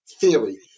theory